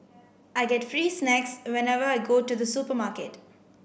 I get free snacks whenever I go to the supermarket